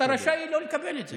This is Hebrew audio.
אתה רשאי לקבל את זה.